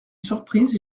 surprise